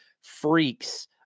freaks